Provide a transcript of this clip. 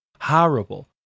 Horrible